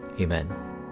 Amen